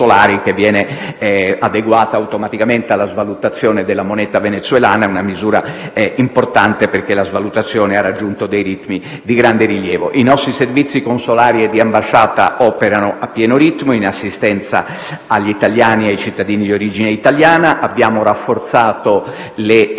che viene adeguata automaticamente alla svalutazione della moneta venezuelana. Questa è una misura importante, perché la svalutazione ha raggiunto dei ritmi di grande rilievo. I nostri servizi consolari e di ambasciata operano a pieno ritmo, in assistenza agli italiani e ai cittadini di origine italiana. Abbiamo rafforzato le misure